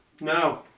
No